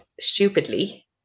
stupidly